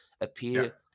appear